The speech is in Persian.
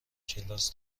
کلاس